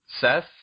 Seth